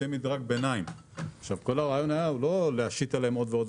כל הרעיון לא היה להשית עליהם עוד ועוד